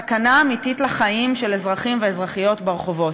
אלא סכנה אמיתית לחיים של אזרחים ואזרחיות ברחובות.